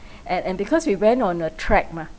and and because we went on a track mah